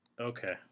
Okay